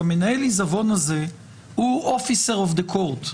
ומנהל העיזבון הזה הוא officer of the court,